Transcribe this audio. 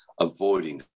avoiding